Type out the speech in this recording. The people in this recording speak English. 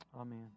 Amen